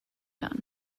done